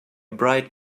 bright